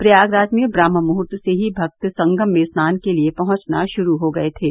प्रयागराज में ब्रम्हमुहूर्त से ही भक्त संगम में स्नान के लिये पहुंचना शुरू हो गये थे